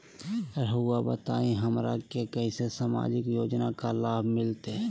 रहुआ बताइए हमरा के कैसे सामाजिक योजना का लाभ मिलते?